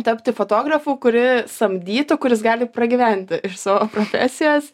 tapti fotografu kurį samdytų kuris gali pragyventi iš savo profesijos